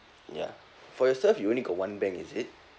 ya for yourself you only got one bank is it